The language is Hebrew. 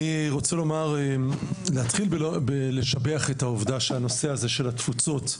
אני רוצה להתחיל בלשבח את העובדה שהנושא הזה של התפוצות,